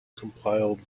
compiled